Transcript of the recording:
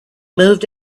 moved